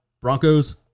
Broncos